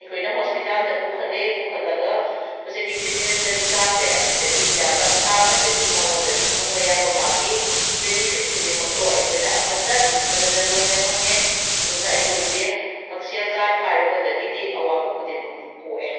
ꯑꯩꯈꯣꯏꯅ ꯍꯣꯁꯄꯤꯇꯥꯜꯗ ꯄꯨꯈꯠꯂꯦ ꯄꯨꯈꯠꯂꯒ ꯍꯧꯖꯤꯛꯀꯤ ꯆꯤꯞ ꯃꯤꯅꯤꯁꯇꯔꯒꯤ ꯀꯥꯔꯗꯁꯦ ꯑꯁꯤꯗꯒꯤ ꯍꯤꯗꯥꯛ ꯂꯥꯡꯊꯛ ꯑꯗꯒꯤ ꯃꯉꯣꯟꯗꯒꯤ ꯐꯪꯕ ꯌꯥꯕ ꯃꯥꯒꯤ ꯕꯦꯅꯤꯐꯤꯠ ꯈꯨꯗꯤꯡꯃꯛꯇꯣ ꯑꯩꯈꯣꯏꯅ ꯑꯃꯠꯇ ꯆꯤꯠꯊꯗꯅ ꯂꯣꯏꯅ ꯐꯪꯉꯦ ꯑꯗꯨꯅ ꯑꯩꯈꯣꯏꯁꯦ ꯍꯛꯁꯦꯜ ꯀꯥꯔꯗ ꯄꯥꯏꯔꯨꯕꯗꯒꯤꯗꯤ ꯑꯋꯥꯕ ꯈꯨꯗꯤꯡꯃꯛꯇꯨ ꯀꯣꯛꯑꯦ